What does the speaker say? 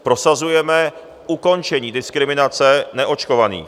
Prosazujeme ukončení diskriminace neočkovaných.